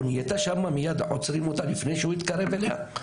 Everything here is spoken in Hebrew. או מיד עוצרים אותה לפני שהוא יתקרב אליה,